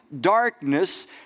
darkness